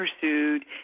pursued